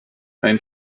ein